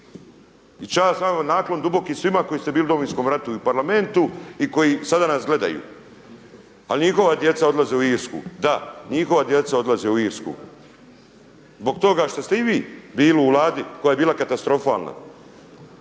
I čast vama, naklon duboki svima koji ste bili u Domovinskom ratu i Parlamenti koji sada nas gledaju ali njihova djeca odlaze u Irsku, da, njihova djeca odlaze u Irsku zbog toga što ste i vi bili u Vladi koja je bila katastrofalna